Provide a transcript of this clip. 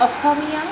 অসমীয়া